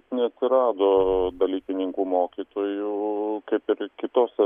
neatsirado dalykininkų mokytojų kaip ir kitose